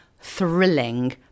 thrilling